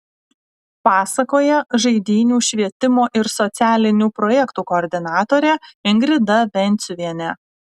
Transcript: pasakoja žaidynių švietimo ir socialinių projektų koordinatorė ingrida venciuvienė